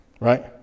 Right